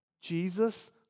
Jesus